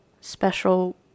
special